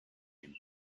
him